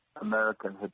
American